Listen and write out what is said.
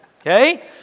Okay